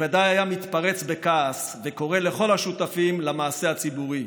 ובוודאי היה מתפרץ בכעס וקורא לכל השותפים למעשה הציבורי: